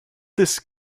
this